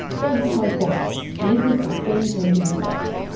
sponsored by bombas, makers of game-changing socks.